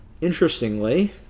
Interestingly